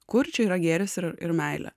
kur čia yra gėris ir ir meilė